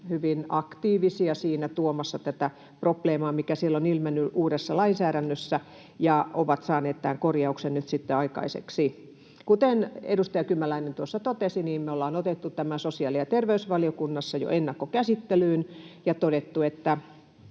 hyvin aktiivisia tuomaan esille tätä probleemaa, mikä on ilmennyt uudessa lainsäädännössä, ja ne ovat saaneet tämän korjauksen nyt sitten aikaiseksi. Kuten edustaja Kymäläinen tuossa totesi, me ollaan otettu tämä sosiaali- ja terveysvaliokunnassa jo ennakkokäsittelyyn. Sen